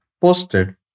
posted